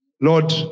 Lord